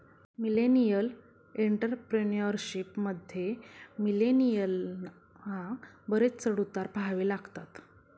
millennial entrepreneurship मध्ये, मिलेनियलना बरेच चढ उतार पहावे लागतात